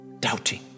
doubting